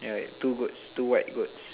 yeah two goats two white goats